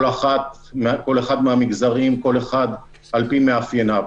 כל אחד מהמגזרים, כל אחד על פי מאפייניו.